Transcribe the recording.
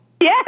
Yes